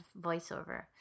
voiceover